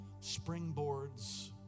springboards